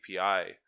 API